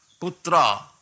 putra